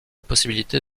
possibilité